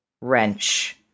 wrench